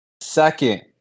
Second